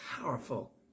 powerful